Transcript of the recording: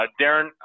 Darren